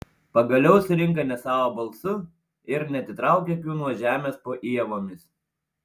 pagaliau surinka ne savo balsu ir neatitraukia akių nuo žemės po ievomis